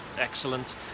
excellent